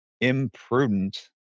imprudent